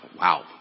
wow